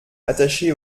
attachés